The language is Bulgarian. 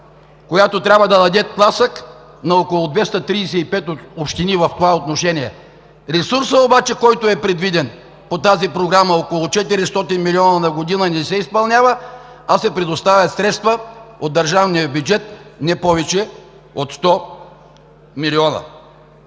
която трябва да даде тласък на около 235 общини в това отношение. Ресурсът обаче, който е предвиден по тази програма – около 400 млн. лв. на година, не се изпълнява, а се предоставят средства от държавния бюджет не повече от 100 млн.